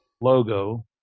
logo